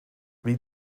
wie